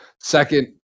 second